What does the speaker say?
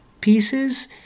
pieces